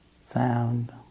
Sound